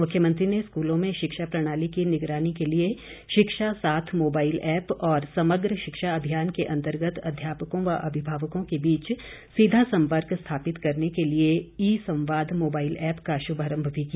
मुख्यमंत्री ने स्कूलों में शिक्षा प्रणाली की निगरानी के लिए शिक्षा साथ मोबाईल ऐप और समग्र शिक्षा अभियान के अंतर्गत अध्यापकों व अभिभावकों के बीच सीधा सम्पर्क स्थापित करने के लिए ई सम्वाद मोबाईल ऐप का श्भारम्भ भी किया